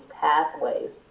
pathways